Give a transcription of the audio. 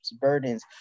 burdens